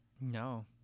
No